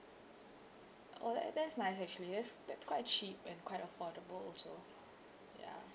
oh that that's nice actually yes that's quite cheap and quite affordable also ya